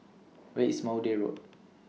Where IS Maude Road